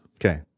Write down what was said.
Okay